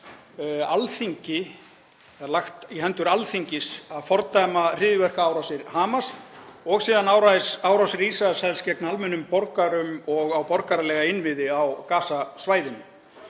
það er lagt í hendur Alþingis að fordæma hryðjuverkaárásir Hamas og síðan árásir Ísraelshers gegn almennum borgurum og á borgaralega innviði á Gaza-svæðinu.